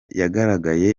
yagaragaye